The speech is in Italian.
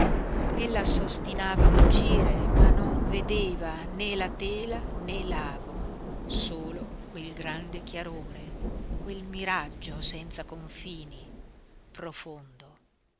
raccolto lassú ella s'ostinava a cucire ma non vedeva né la tela né l'ago solo quel grande chiarore quel miraggio senza confini profondo